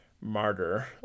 martyr